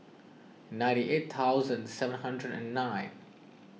ninety eight thousand seven hundred and nine